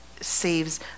saves